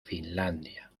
finlandia